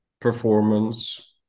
performance